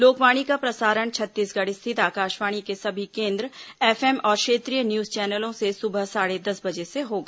लोकवाणी का प्रसारण छत्तीसगढ़ स्थित आकाशवाणी के सभी केन्द्रों एफएम और क्षेत्रीय न्यूज चैनलों से सुबह साढ़े दस बजे से होगा